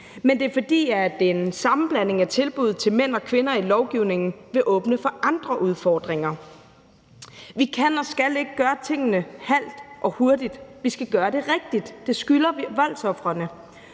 men det er, fordi en sammenblanding af tilbud til mænd og kvinder i lovgivningen vil åbne for andre udfordringer. Vi kan og skal ikke gøre tingene halvt og hurtigt; vi skal gøre det rigtigt. Det skylder vil voldsofrene.